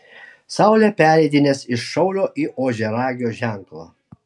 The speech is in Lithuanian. saulė pereidinės iš šaulio į ožiaragio ženklą